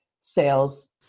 sales